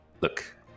Look